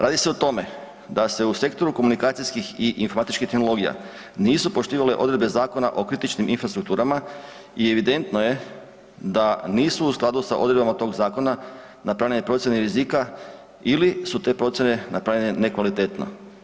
Radi se o tome da se u sektoru komunikacijskih i informatičkih tehnologija nisu poštivale odredbe zakona o kritičnim infrastrukturama i evidentno je da nisu u skladu s odredbama tog zakona napravljene procjene rizika ili su te procjene napravljene nekvalitetno.